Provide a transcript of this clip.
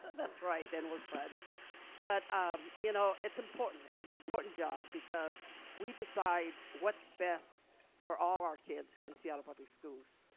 that's right, and we're fun but um you know it's important. it's an important job because we decide what's best for all our kids in seattle public schools.